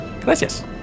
Gracias